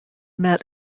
met